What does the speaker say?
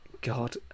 God